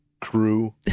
crew